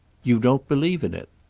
you don't believe in it!